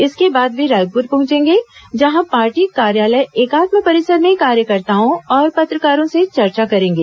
इसके बाद वे रायपुर पहंचेंगे जहां पार्टी कार्यालय एकात्म परिसर में कार्यकर्ताओं और पत्रकारों से चर्चा करेंगे